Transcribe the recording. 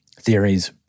theories